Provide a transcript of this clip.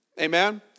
Amen